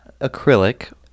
acrylic